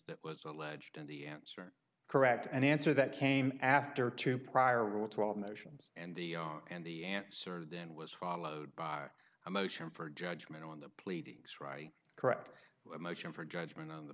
that was alleged and he answered correct an answer that came after two prior rule twelve motions and the and the answer then was followed by a motion for judgment on the pleadings right correct a motion for judgment on the